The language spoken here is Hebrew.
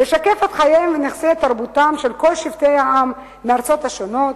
לשקף את חייהם ונכסי תרבותם של כל שבטי העם מהארצות השונות,